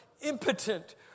impotent